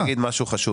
אני אגיד משהו חשוב.